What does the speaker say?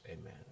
amen